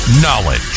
Knowledge